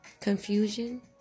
confusion